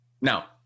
now